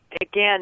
again